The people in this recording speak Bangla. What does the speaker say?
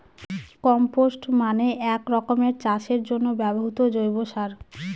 কম্পস্ট মানে এক রকমের চাষের জন্য ব্যবহৃত জৈব সার